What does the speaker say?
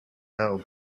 now